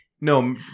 no